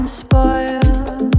spoiled